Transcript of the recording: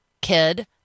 kid